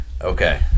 Okay